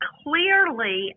clearly